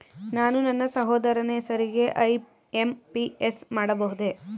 ನಾನು ನನ್ನ ಸಹೋದರನ ಹೆಸರಿಗೆ ಐ.ಎಂ.ಪಿ.ಎಸ್ ಮಾಡಬಹುದೇ?